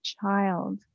child